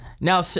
Now